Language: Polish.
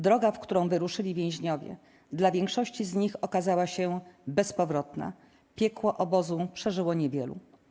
Droga, w którą wyruszyli więźniowie, dla większości z nich okazała się bezpowrotna - piekło obozu przeżyło niewielu.